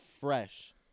fresh